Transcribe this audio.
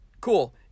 cool